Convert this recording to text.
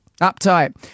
uptight